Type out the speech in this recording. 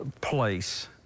place